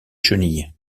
chenilles